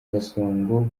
gasongo